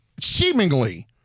seemingly